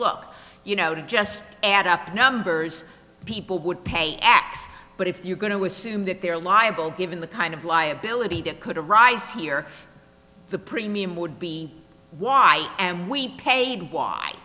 look you know to just add up numbers people would pay x but if you're going to assume that they're liable given the kind of liability that could arise here the premium would be why and we paid why